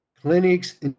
clinics